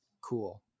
cool